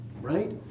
right